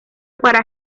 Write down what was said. para